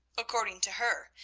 according to her,